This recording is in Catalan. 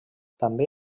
també